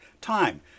time